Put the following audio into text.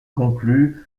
concluent